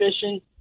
fishing